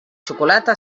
xocolate